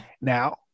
now